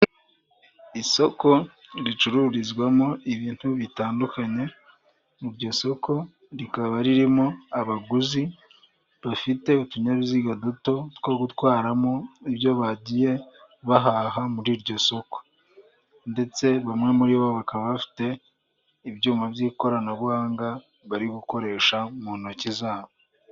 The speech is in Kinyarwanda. Isoko ricururizwamo ibintu bitandukanye, iryo soko rikaba ririmo abaguzi bafite utunyabiziga duto two gutwaramo ibyo bagiye bahaha muri iryo soko. Ndetse bamwe muri bo bakaba bafite ibyuma by'ikoranabuhanga bari gukoresha mu ntoki zabo.